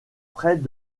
près